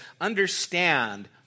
understand